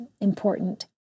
important